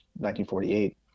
1948